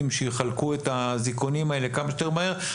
שיחלקו את האזיקונים האלה כמה שיותר מהר,